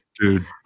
dude